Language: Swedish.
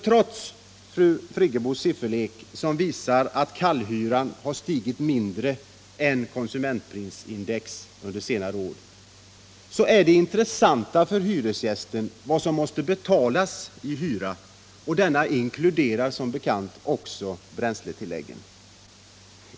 Trots fru Friggebos sifferlek, som visar att kallhyran har stigit mindre än konsumentprisindex under senare år, är det intressant för hyresgästen vad som måste betalas i hyra, och denna inkluderar som bekant också bränsletilläggen.